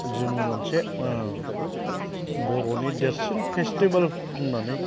जोङो मोनसे बर'नि देरसिन फेसटिभेल होननानै